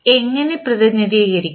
എങ്ങനെ പ്രതിനിധീകരിക്കും